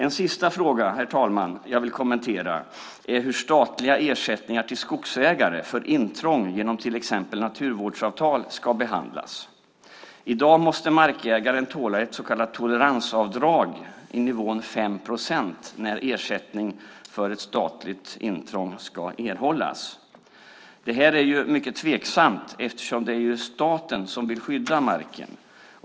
En sista fråga som jag vill kommentera är den om hur statliga ersättningar till skogsägare för intrång genom till exempel naturvårdsavtal ska behandlas. I dag måste markägaren tåla ett så kallat toleransavdrag på nivån 5 procent när ersättning för ett statligt intrång ska erhållas. Detta är mycket tveksamt eftersom staten vill skydda marken.